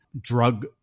drug